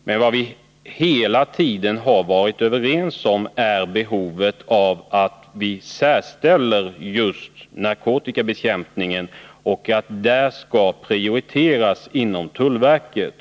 Men vad vi här har varit och bör vara överens om är behovet av att särställa just narkotikabekämpningen och att den skall prioriteras inom tullverket.